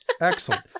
Excellent